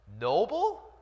noble